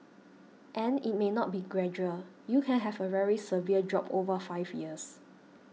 and it may not be gradual you can have a very severe drop over five years